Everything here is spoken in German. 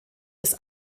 des